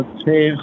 Okay